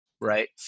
right